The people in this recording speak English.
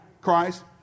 Christ